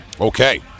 Okay